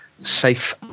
safe